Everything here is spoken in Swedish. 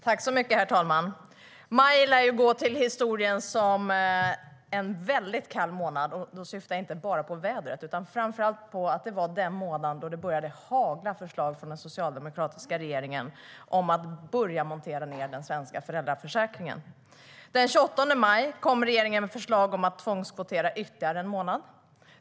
Herr talman! Maj lär ju gå till historien som en väldigt kall månad, och då syftar jag inte främst på vädret utan framför allt på att det var den månad då det började hagla förslag från den socialdemokratiska regeringen om att börja montera ned den svenska föräldraförsäkringen. Den 28 maj kom regeringen med förslag om att tvångskvotera ytterligare en månad.